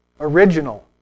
original